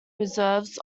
reserves